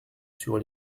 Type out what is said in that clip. sur